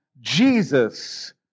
Jesus